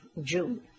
June